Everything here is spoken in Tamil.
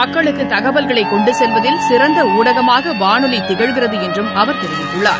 மக்களுக்கு தகவல்களை கொண்டு செல்வதில் சிறந்த ஊடகமாக வானொலி திகழ்கிறது என்றும் அவர் தெரிவித்துள்ளார்